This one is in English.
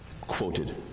quoted